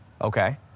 Okay